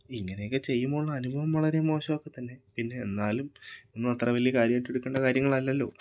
ഇങ്ങനെയൊക്കെ ചെയ്യുമ്പോൾ ഉള്ള അനുഭവം വളരെ മോശമൊക്കെ തന്നെ പിന്നെ എന്നാലും ഒന്നും അത്ര വലിയ കാര്യമായിട്ടെടുക്കണ്ട കാര്യങ്ങളല്ലല്ലോ